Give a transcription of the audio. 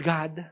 God